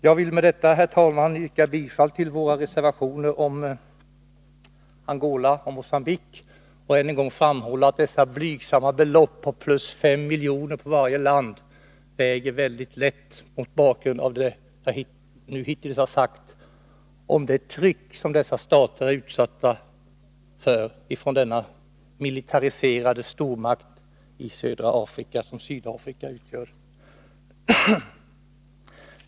Med det anförda, herr talman, vill jag yrka bifall till våra reservationer om Angola och Mogambique. Jag vill än en gång framhålla att våra blygsamma belopp på plus 5 miljoner för varje land väger mycket lätt mot bakgrund av det jag hittills har sagt om det tryck som dessa stater är utsatta för från den militariserade stormakt i södra Afrika som Sydafrika utgör.